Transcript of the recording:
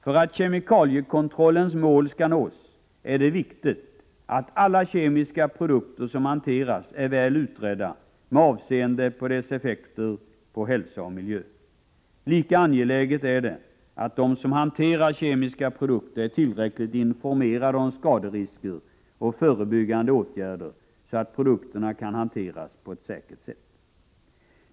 För att kemikaliekontrollens mål skall nås är det viktigt att alla kemiska produkter som hanteras är väl utredda med avseende på deras effekter på hälsa och miljö. Lika angeläget är det att de som hanterar kemiska produkter är tillräckligt informerade om skaderisker och förebyggande åtgärder, så att produkterna kan hanteras på ett säkert sätt.